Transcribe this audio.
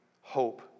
hope